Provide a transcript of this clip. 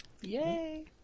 Yay